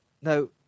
now